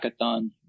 hackathon